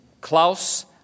Klaus